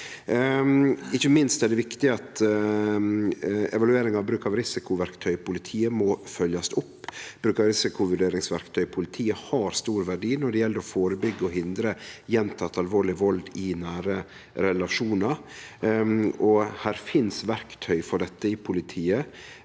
Ikkje minst er det viktig at evalueringa av bruk av risikoverktøy i politiet må følgjast opp. Bruk av risikovurderingsverktøy i politiet har stor verdi når det gjeld å førebyggje og hindre gjenteken alvorleg vald i nære relasjonar. Der finst verktøy for dette i politiet